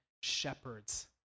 shepherds